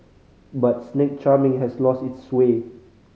but snake charming has lost its sway